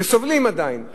וסובלים עדיין,